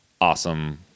awesome